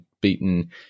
beaten